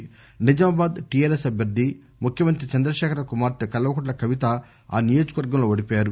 కాగా నిజామాబాద్ టీఆర్ఎస్ అభ్యర్ది ముఖ్యమంత్రి చంద్రశేఖర్ రావు కుమార్తె కల్వకుంట్ల కవిత ఆ నియోజకవర్గంలో ఓడిపోయారు